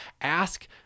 ask